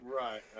Right